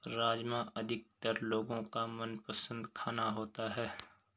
राजमा अधिकतर लोगो का मनपसंद खाना होता है